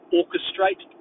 orchestrate